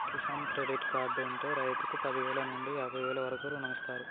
Kisan credit card ఉంటె రైతుకు పదివేల నుండి యాభై వేల వరకు రుణమిస్తారు